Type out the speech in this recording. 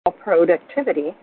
productivity